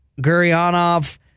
Gurionov